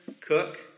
Cook